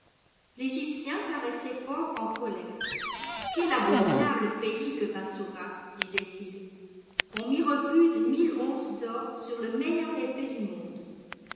l'egyptien paraissait fort en colère quel abominable pays que bassora disait-il on m'y refuse mille onces d'or sur le meilleur effet du monde